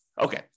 Okay